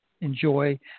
enjoy